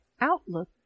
outlook